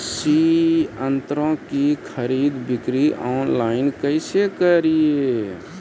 कृषि संयंत्रों की खरीद बिक्री ऑनलाइन कैसे करे?